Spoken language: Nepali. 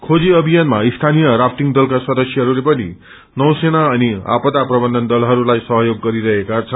खोजी अभियानमा स्थानीय रचाफटिङ दलका सदस्यहरूले पनि नौसेना अनि आपदा प्रबन्धन दलहरूलाई सहयोग गरिरहेका छन्